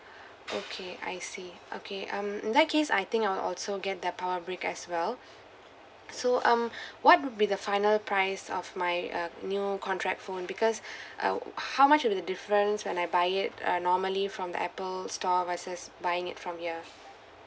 okay I see okay um in that case I think I'll also get the power brick as well so um what would be the final price of my uh new contract phone because uh how much will be the difference when I buy it uh normally from the Apple store versus buying it from ya